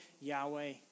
Yahweh